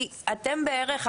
כי אתם בערך,